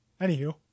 Anywho